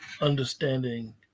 understanding